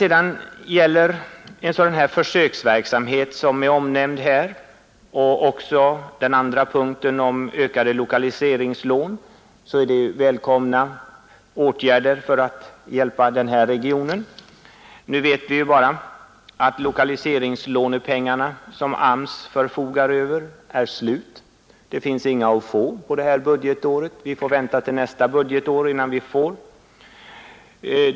En sådan försöksverksamhet som omnämnes här liksom ökade lokaliseringslån är välkomna åtgärder för att hjälpa den här regionen. Men vi vet att de lokaliseringslånepengar som AMS förfogar över är slut; det finns inga mer för det här budgetåret utan vi får vänta till nästa budgetår.